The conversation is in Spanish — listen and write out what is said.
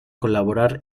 colaborar